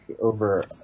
over